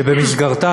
שבמסגרתה,